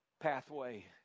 pathway